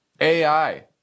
AI